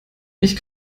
ich